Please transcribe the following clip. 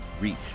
reach